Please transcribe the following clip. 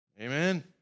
Amen